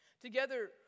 Together